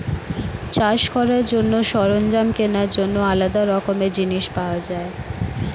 চাষ করার জন্য সরঞ্জাম কেনার জন্য আলাদা রকমের জিনিস পাওয়া যায়